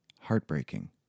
heartbreaking